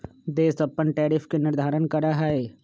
देश अपन टैरिफ के निर्धारण करा हई